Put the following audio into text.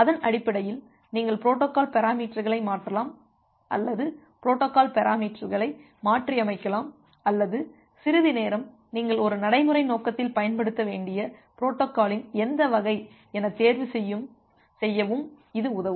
அதன் அடிப்படையில் நீங்கள் பொரோட்டோகால் பெராமீட்டர்களை மாற்றலாம் அல்லது பொரோட்டோகால் பெராமீட்டர்களை மாற்றியமைக்கலாம் அல்லது சிறிது நேரம் நீங்கள் ஒரு நடைமுறை நோக்கத்தில் பயன்படுத்த வேண்டிய பொரோட்டோகாலின் எந்த வகை என தேர்வுசெய்யவும் இது உதவும்